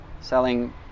Selling